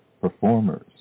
performers